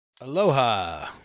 Aloha